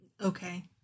Okay